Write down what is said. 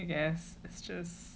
I guess it's just